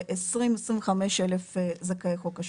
20,000 25,000 זכאי חוק השבות.